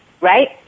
right